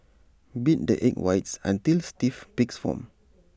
beat the egg whites until stiff peaks form